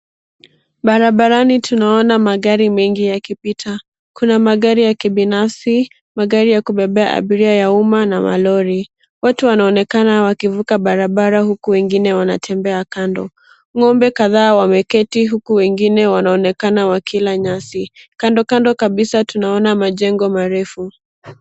Barabarani tunaona magari mengi yakipita. Kuna magari ya kibinafsi, magari ya kubebea abiria ya umma na malori. Watu wanaonekana wakivuka barabara huku wengine wanatembea kando. Ng'ombe kadhaa wameketi huku wengine wanaonekana wakila nyasi. Kando kando kabisa tunaona majengo marefu.